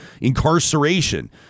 incarceration